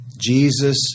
Jesus